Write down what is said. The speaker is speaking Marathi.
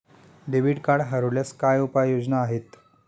डेबिट कार्ड हरवल्यास काय उपाय योजना आहेत?